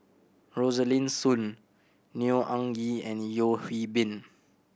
Rosaline Soon Neo Anngee and Yeo Hwee Bin